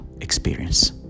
experience